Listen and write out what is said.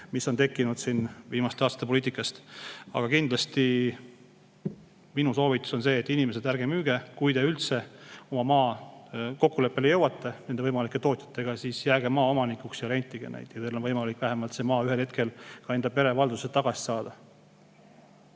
mis on tekkinud siin viimaste aastate poliitika tõttu. Aga kindlasti on minu soovitus see, et inimesed, ärge müüge. Kui te üldse kokkuleppele jõuate võimalike tootjatega, siis jääge maa omanikuks ja rentiga. Siis teil on võimalik vähemalt see maa ühel hetkel enda pere valdusse tagasi saada.